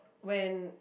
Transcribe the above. when